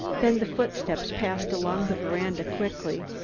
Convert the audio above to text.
then the footsteps passed along the veranda quickly,